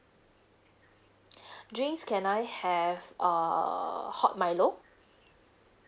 drinks can I have err hot milo